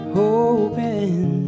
hoping